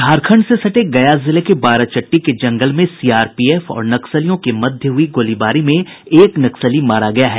झारखंड से सटे गया जिले के बाराचट्टी के जंगल में सीआरपीएफ और नक्सलियों के मध्य हुई गोलीबारी में एक नक्सली मारा गया है